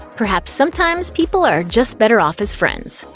perhaps sometimes people are just better off as friends.